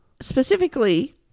specifically